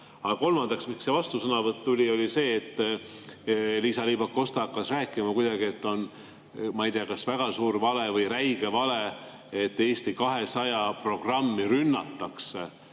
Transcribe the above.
Aga kolmandaks, miks see vastusõnavõtt tuli, oli see, et Liisa-Ly Pakosta hakkas rääkima, et on, ma ei tea, kas väga suur vale või räige vale, et Eesti 200 programmi rünnatakse,